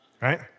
right